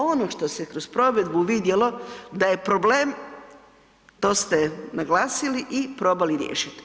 Ono što se kroz provedbu vidjelo da je problem, to ste naglasili i probali riješiti.